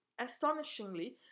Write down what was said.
astonishingly